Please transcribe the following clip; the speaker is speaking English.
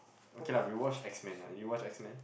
okay lah we watched X Men lah do you watch X Men